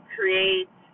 Create